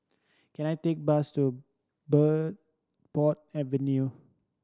can I take bus to Bridport Avenue